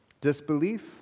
Disbelief